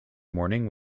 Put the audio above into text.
morning